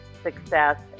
success